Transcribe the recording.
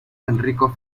enrico